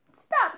stop